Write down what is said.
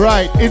Right